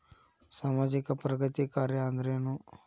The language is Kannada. ಸಾಮಾಜಿಕ ಪ್ರಗತಿ ಕಾರ್ಯಾ ಅಂದ್ರೇನು?